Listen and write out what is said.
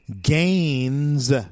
gains